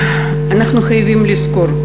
אנחנו חייבים לזכור,